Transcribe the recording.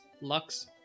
lux